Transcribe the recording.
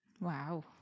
Wow